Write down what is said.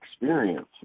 experience